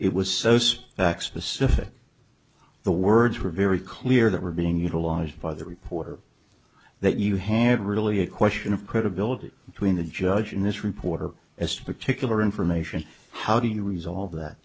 it was so spec specific the words were very clear that were being utilized by the reporter that you have really a question of credibility between the judge in this reporter as to particular information how do you resolve that